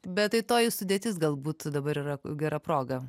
bet tai toji sudėtis galbūt dabar yra gera proga